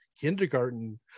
kindergarten